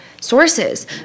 sources